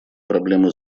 проблемы